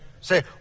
Say